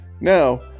now